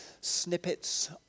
snippets